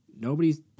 Nobody's